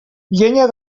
llenya